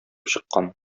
чыккан